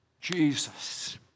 Jesus